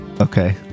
Okay